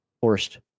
forced